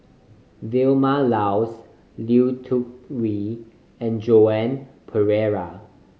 Vilma Laus Lui Tuck Yew and Joan Pereira